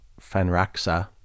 Fanraksa